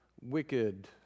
wicked